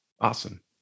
Awesome